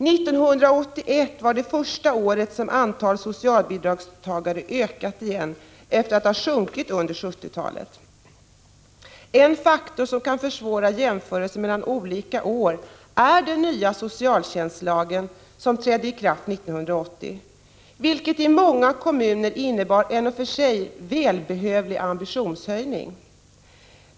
1981 var det första året som antalet socialbidragstagare ökade igen efter att ha sjunkit under 1970-talet. En faktor som kan försvåra jämförelser mellan olika år är den nya socialtjänstlagen, som trädde i kraft 1980, vilket i många kommuner innebar en i och för sig välbehövlig ambitionshöjning.